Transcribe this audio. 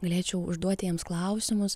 galėčiau užduoti jiems klausimus